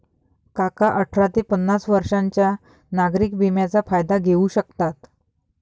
काका अठरा ते पन्नास वर्षांच्या नागरिक विम्याचा फायदा घेऊ शकतात